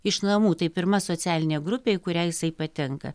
iš namų tai pirma socialinė grupė į kurią jisai patenka